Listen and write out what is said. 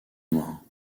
noir